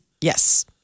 Yes